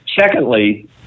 Secondly